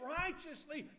righteously